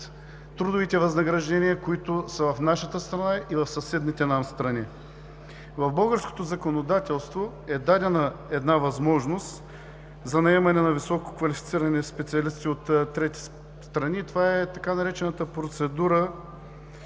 трудовите възнаграждения, които са в нашата страна и в съседните нам страни. В българското законодателство е дадена възможност за наемане на високо квалифицирани специалисти от трети страни. Това е така наречената процедура